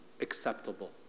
acceptable